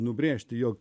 nubrėžti jog